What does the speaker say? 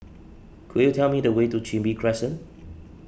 could you tell me the way to Chin Bee Crescent